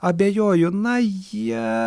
abejoju na jie